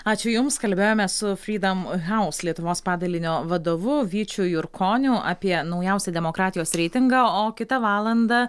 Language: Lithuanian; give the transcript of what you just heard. ačiū jums kalbėjome su fridam haus lietuvos padalinio vadovu vyčiu jurkoniu apie naujausią demokratijos reitingą o kitą valandą